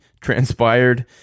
transpired